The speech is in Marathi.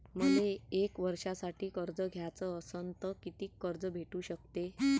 मले एक वर्षासाठी कर्ज घ्याचं असनं त कितीक कर्ज भेटू शकते?